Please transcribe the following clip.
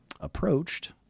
approached